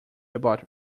about